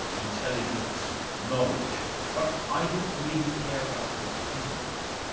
intelligence, knowledge but i didn't really care about his feelings.